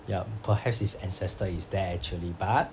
ya perhaps his ancestors is there actually but